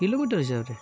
kilometre ହିସାବରେ